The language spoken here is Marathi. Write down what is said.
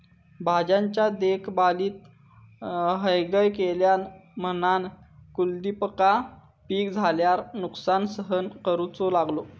भाज्यांच्या देखभालीत हयगय केल्यान म्हणान कुलदीपका पीक झाल्यार नुकसान सहन करूचो लागलो